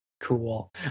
Cool